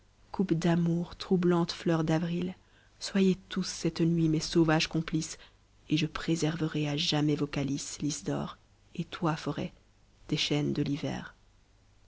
coupes d'amour troublantes fleurs d'avril soyez tous cette nuit mes sauvages complices et je préserverai à jamais vos calices lys d'or et toi forêt tes chênes de l'hiver